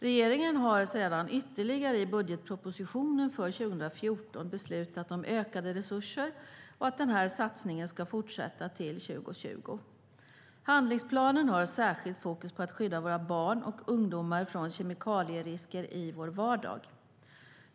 Regeringen har ytterligare i budgetpropositionen för 2014 beslutat om ökade resurser och att den här satsningen ska fortsätta till 2020. Handlingsplanen har särskilt fokus på att skydda våra barn och ungdomar från kemikalierisker i vår vardag.